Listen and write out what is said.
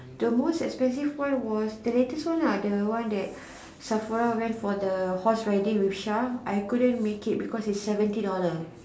the most expensive one was the latest one lah the one that Sephora went for the house riding with Sha I couldn't make it because it's seventy dollar